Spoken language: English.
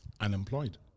Unemployed